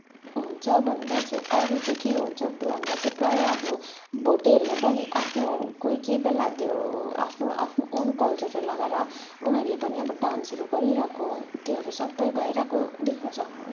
हुन्छ भन्दा चाहिँ अरू चाहिँ के हुन्छ भन्दा चाहिँ प्रायः अब भोटेहरूले पनि आफ्नो कोही कोही बेला त्यो आफ्नो आफ्नो ओन कल्चर लगाएर उनीहरूले पनि डान्सहरू गरिरहेको त्योहरू सबै भइरहेको देख्न सक्नुहुन्छ